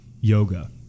yoga